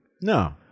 No